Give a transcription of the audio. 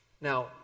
Now